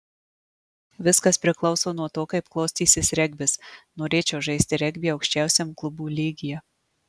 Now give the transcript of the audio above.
viskas priklauso nuo to kaip klostysis regbis norėčiau žaisti regbį aukščiausiam klubų lygyje